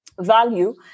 value